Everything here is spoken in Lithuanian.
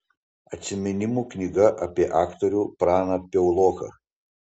atsiminimų knyga apie aktorių praną piauloką